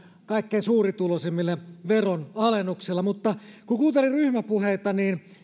kaikkein suurituloisimmille veronalennuksilla kun kuuntelin ryhmäpuheita